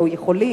או יכולים,